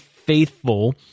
faithful